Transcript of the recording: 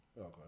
Okay